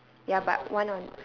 ya but one on